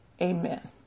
Amen